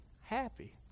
happy